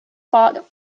fought